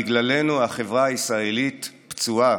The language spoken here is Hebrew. בגללנו החברה הישראלית פצועה,